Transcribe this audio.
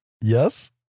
Yes